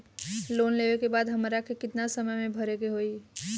Loan लेवे के बाद हमरा के कितना समय मे भरे के होई?